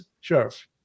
sheriff